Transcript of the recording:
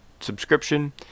subscription